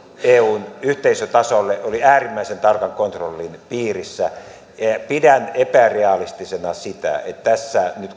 eun yhteisötasolle oli äärimmäisen tarkan kontrollin piirissä pidän epärealistisena sitä että tässä nyt